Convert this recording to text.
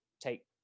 take